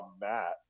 Matt